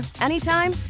anytime